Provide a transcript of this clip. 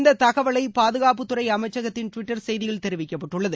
இந்த தகவலை பாதுகாப்புத்துறை அமைச்சகத்தின் டுவிட்டர் செய்தியில் தெரிவிக்கப்பட்டுள்ளது